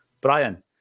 Brian